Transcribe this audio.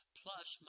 plus